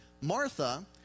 Martha